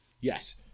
Yes